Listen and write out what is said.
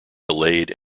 delayed